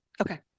Okay